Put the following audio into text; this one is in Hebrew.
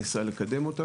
ניסה לקדם אותה,